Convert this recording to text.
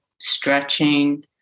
stretching